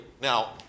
Now